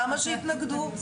למה שיתנגדו?